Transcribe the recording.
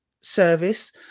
service